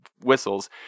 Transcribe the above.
whistles